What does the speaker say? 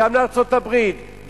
גם לארצות-הברית,